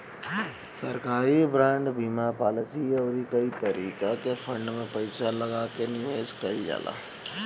सरकारी बांड, बीमा पालिसी अउरी कई तरही के फंड में पईसा लगा के निवेश कईल जाला